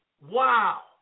Wow